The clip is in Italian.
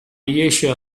riesce